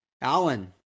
Alan